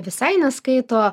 visai neskaito